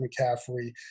McCaffrey